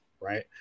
Right